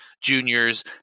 juniors